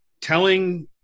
telling